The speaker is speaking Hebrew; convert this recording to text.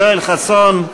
יואל חסון,